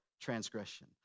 transgression